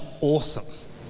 awesome